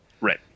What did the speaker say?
Right